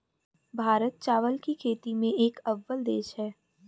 भारत चावल की खेती में एक अव्वल देश है